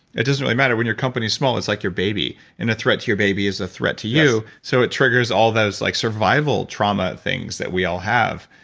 it doesn't really matter when your company is small, it's like your baby and a threat to your baby is a threat to you. so it triggers all those like survival trauma things that we all have.